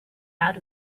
out